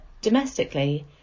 domestically